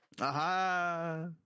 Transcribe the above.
Aha